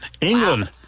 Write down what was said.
England